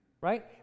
right